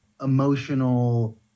emotional